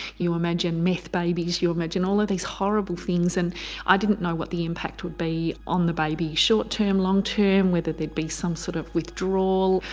you imagine meth babies, you imagine all of these horrible things and i didn't know what the impact would be on the baby short term, long term, whether there'd be some sort of withdrawal,